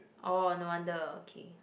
orh no wonder okay